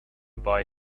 buy